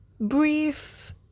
brief